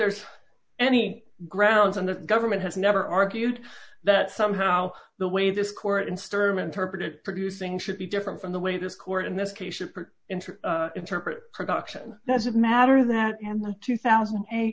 there's any grounds and the government has never argued that somehow the way this court instrument purpose producing should be different from the way this court in this case should put into interpret production does it matter that in the two thousand a